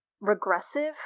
regressive